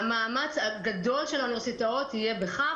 המאמץ הגדול של האוניברסיטאות יהיה בכך,